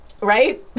right